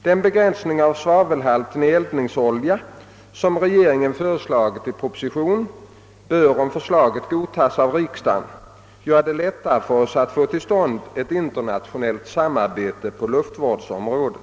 Den begränsning av sva velhalten i eldningsolja, som regeringen föreslagit i proposition, bör — om förslaget godtas av riksdagen — göra det lättare för oss att få till stånd ett internationellt samarbete på luftvårdsområdet.